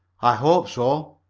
i hope so.